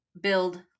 build